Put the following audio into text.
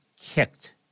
kicked